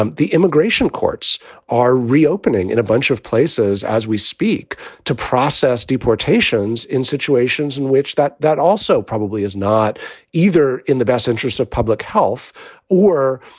um the immigration courts are reopening in a bunch of places as we speak to process deportations in situations in which that that also probably is not either in the best interests of public health or.